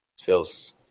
feels